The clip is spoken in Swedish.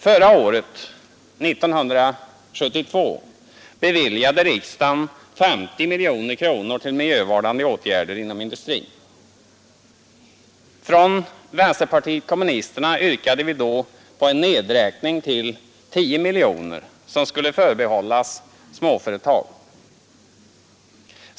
Förra året, 1972, beviljade riksdagen 50 miljoner kronor till miljövårdande åtgärder inom industrin. Från vpk yrkade vi då på en nedräkning till 10 miljoner kronor, som skulle förbehållas småföretag.